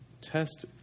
test